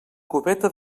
cubeta